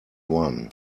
one